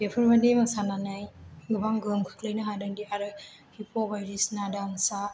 बेफोर बादि मोसानानै गोबां गोहोम खोख्लैनो हादोंदि आरो हिप हफ बायदिसिना दान्सा